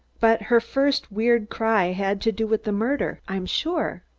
but her first weird cry had to do with the murder, i'm sure.